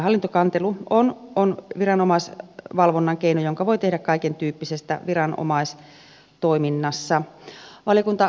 hallintokantelu on viranomaisvalvonnan keino jonka voi tehdä kaikentyyppisestä viranomaistoiminnasta